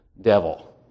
devil